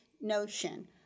notion